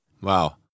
Wow